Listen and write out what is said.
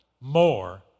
more